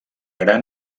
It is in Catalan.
gran